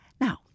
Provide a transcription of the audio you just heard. Now